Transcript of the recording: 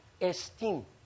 esteem